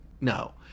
No